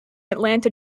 atlanta